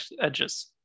edges